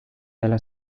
dela